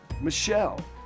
Michelle